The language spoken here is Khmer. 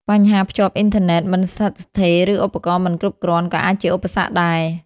បញ្ហាភ្ជាប់អ៊ីនធឺណិតមិនស្ថិតស្ថេរ ឬឧបករណ៍មិនគ្រប់គ្រាន់ ក៏អាចជាឧបសគ្គដែរ។